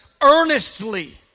earnestly